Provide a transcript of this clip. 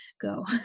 go